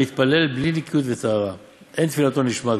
המתפלל בלי ניקוי וטהרה אין תפילתו נשמעת,